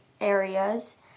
areas